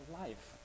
life